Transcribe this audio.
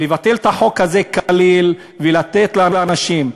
לבטל את החוק הזה כליל ולתת לאנשים.